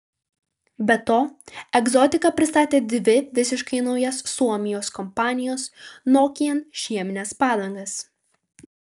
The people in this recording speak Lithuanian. be to egzotika pristatė dvi visiškai naujas suomijos kompanijos nokian žiemines padangas